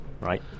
Right